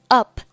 up